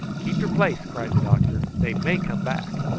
keep your place, cried the doctor they may come back.